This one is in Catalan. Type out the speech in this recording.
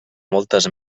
moltes